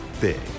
big